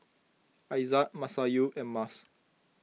Aizat Masayu and Mas